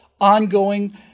ongoing